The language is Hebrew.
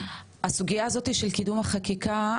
הסוגייה הזאת של קידום החקיקה,